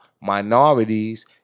minorities